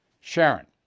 Sharon